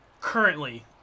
Currently